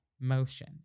motion